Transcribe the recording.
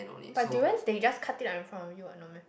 but durians they just cut it in front of you ah no meh